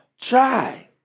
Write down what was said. Try